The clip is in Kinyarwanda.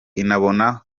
inabona